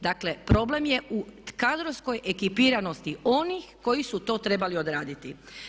Dakle, problem je u kadrovskoj ekipiranosti onih koji su to trebali odraditi.